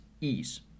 ease